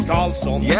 Carlson